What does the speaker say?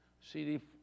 CD